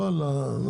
לא על המחאה,